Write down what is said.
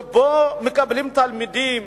שמקבלים תלמידים